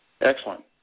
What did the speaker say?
Excellent